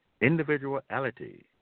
individuality